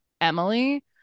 emily